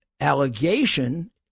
allegation